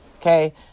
Okay